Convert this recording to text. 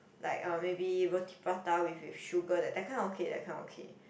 like um maybe Roti-Prata with with sugar that that kind okay that kind okay